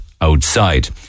outside